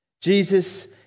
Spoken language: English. Jesus